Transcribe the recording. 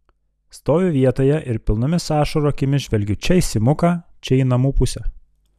stoviu vietoje ir pilnomis ašarų akimis žvelgiu čia į simuką čia į namų pusę